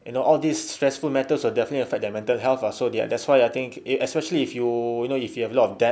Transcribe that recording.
you know all these stressful matters will definitely affect their mental health ah so that's why I think especially if you know if you have a lot of debt